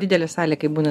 didelė salė kai būni